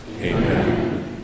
Amen